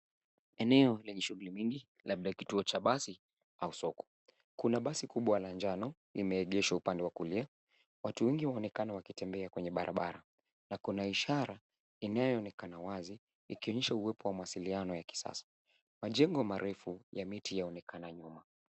Eneo lenye shughuli mingi, labda kituo cha basi au soko. Kuna basi kubwa la njano, limeegeshwa upande wa kulia, watu wengi wanaonekana wakitembea kwenye barabara, na kuna ishara inayo onekana wazi ikionyesha uwepo wa mawasiliano ya kisasa. Majengo marefu ya miti yaonekana nyuma.